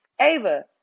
Ava